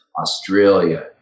Australia